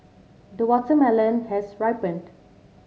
the watermelon has ripened